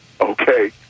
Okay